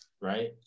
right